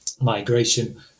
migration